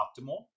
optimal